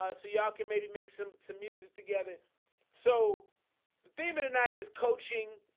ah so y'all can maybe make some some music together so damon tonight is coaching.